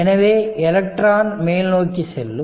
எனவே எலக்ட்ரான் மேல் நோக்கி செல்லும்